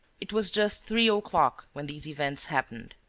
it was just three o'clock when these events happened.